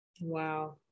Wow